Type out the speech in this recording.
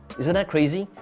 isn't that crazy?